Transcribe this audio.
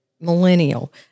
millennial